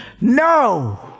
no